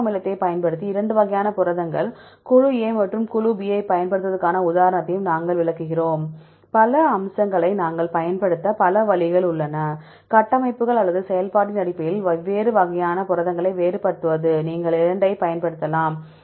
amino அமிலத்தைப் பயன்படுத்தி 2 வகையான புரதங்கள் குழு A மற்றும் குழு B ஐ வேறுபடுத்துவதற்கு ஒரு உதாரணத்தையும் நாங்கள் விளக்குகிறோம் பல அம்சங்களை நாங்கள் பயன்படுத்த பல வழிகள் உள்ளன கட்டமைப்புகள் அல்லது செயல்பாட்டின் அடிப்படையில் பல்வேறு வகையான புரதங்களை வேறுபடுத்துவதற்கு நீங்கள் 2 ஐப் பயன்படுத்தலாம்